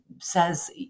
says